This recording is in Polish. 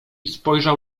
spojrzał